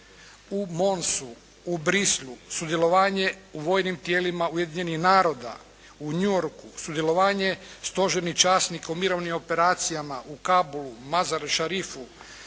u Monsu, u Bruxellesu, sudjelovanje u vojnim tijelima Ujedinjenih Naroda, u New Yorku, sudjelovanje stožernih časnika u Mirovnim operacijama u Kabulu, Mazar-i Sharifu,